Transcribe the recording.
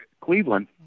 Cleveland